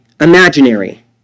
imaginary